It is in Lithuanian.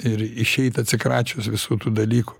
ir išeit atsikračius visų tų dalykų